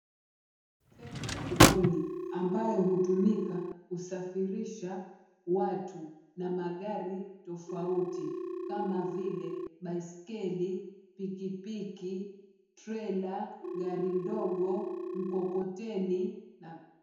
Feri ya likoni ambayo hutumika kusafirisha watu na magari tofauti kama vile baiskeli, pikipiki, trailer , gari ndogo, mkokoteni na...